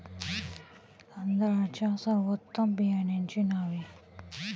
तांदळाच्या सर्वोत्तम बियाण्यांची नावे?